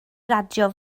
radio